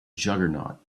juggernaut